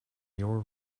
your